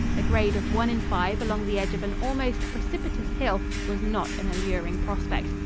a grade of one in five along the edge of an almost precipitous hill was not an alluring prospect,